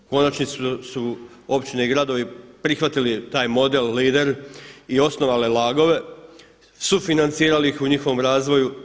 U konačnici su općine i gradovi prihvatili taj model LEADER i osnovale LAG-ove, sufinancirali ih u njihovom razvoju.